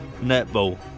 netball